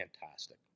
fantastic